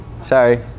Sorry